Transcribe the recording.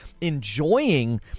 enjoying